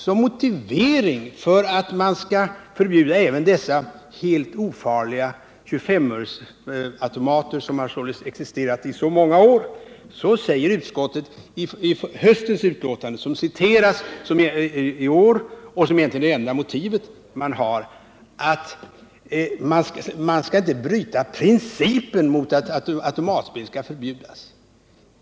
Som motivering för att förbjuda även de helt ofarliga 25-öresautomaterna, som således har existerat i så många år, citerar utskottet utlåtandet från i höstas och säger — det är egentligen den enda motivering man har — att man inte skall bryta mot principen att automatspel skall förbjudas.